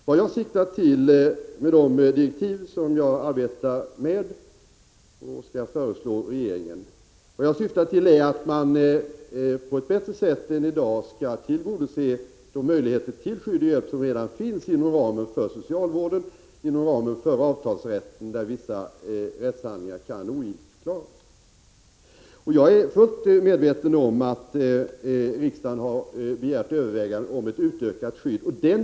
Vad jag syftar till med de direktiv som jag arbetar med och skall föreslå regeringen är att man på ett bättre sätt än i dag skall tillvarata de möjligheter till skydd och hjälp som redan finns inom ramen för socialvården och inom ramen för avtalsrätten, där vissa rättshandlingar kan ogiltigförklaras. Jag är fullt medveten om att riksdagen har begärt överväganden om ett utökat skydd.